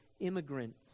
immigrants